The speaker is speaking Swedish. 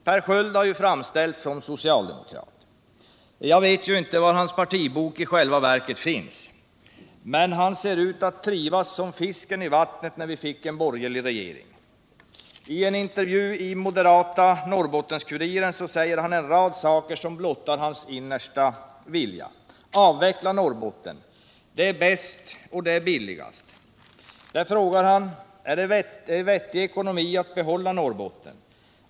Per Sköld har ju framställts som socialdemokrat. Jag vet inte var hans partibok i själva verket finns, men han ser ut att trivas som fisken i vattnet när vi fått en borgerlig regering. I en intervju i moderata Norrbottens-Kuriren säger han en rad saker som blottar hans innersta vilja: Avveckla Norrbotten! Det är bäst, och det är billigast. I tidningsintervjun frågar han: ” Är det vettig ekonomi att behålla Norrbotten?